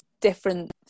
different